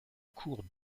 cours